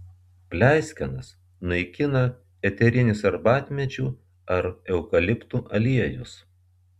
pleiskanas naikina eterinis arbatmedžių ar eukaliptų aliejus